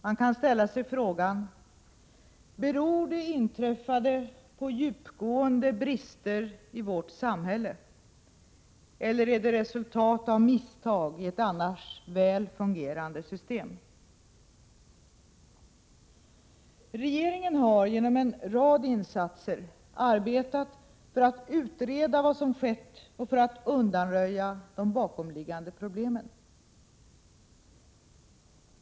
Man kan ställa sig frågan: Beror det inträffade på djupgående brister i vårt samhälle eller är det resultat av misstag i ett annars väl fungerande system? Regeringen har genom en rad insatser arbetat för att utreda vad som har skett och för att undanröja de bakomliggande problemen.